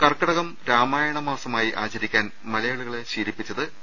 കർക്കടകം രാമായണ മാസമായി ആചരിക്കാൻ മലയാളികളെ ശീലി പ്പ ന പി